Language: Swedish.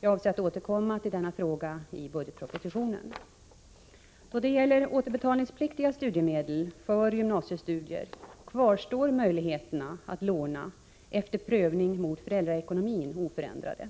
Jag avser att återkomma till denna fråga i budgetpropositionen. Då det gäller återbetalningspliktiga studiemedel för gymnasiestudier kvarstår möjligheterna att låna efter prövning mot föräldraekonomin oförändrade.